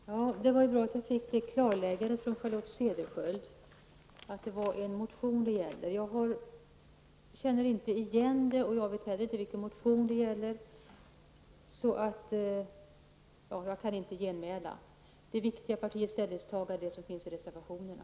Herr talman! Det var bra att jag fick ett klarläggande från Charlotte Cederschiöld att det gällde en motion. Jag känner inte igen den, och jag vet inte vilken motion det gäller. Jag kan inte ge något genmälde. Partiets ställningstagande framgår av reservationerna.